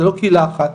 זה לא קהילה אחת,